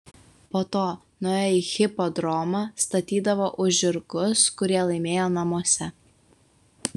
po to nuėję į hipodromą statydavo už žirgus kurie laimėjo namuose